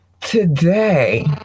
today